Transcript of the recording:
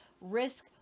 risk